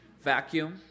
vacuum